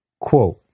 Quote